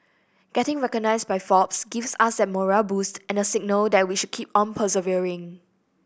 getting recognised by Forbes gives us that morale boost and the signal that we should keep on persevering